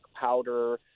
powder